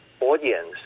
Audience